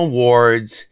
Awards